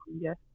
yes